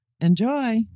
enjoy